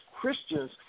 Christians